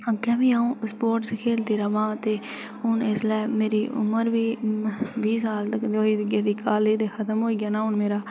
अग्गें बी अं'ऊ स्पोर्टस खेढदी र'वां ते हू'न इसलै मेरी उमर बी बीह् साल तक्कर होई गेदी कॉलेज ते खत्म होई गेआ ना हू'न मेरा